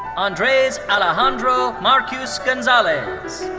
andres alejandro marcuse-gonzalez.